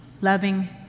loving